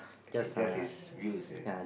okay just is